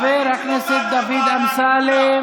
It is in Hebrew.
ותירגע קצת.